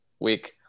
week